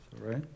right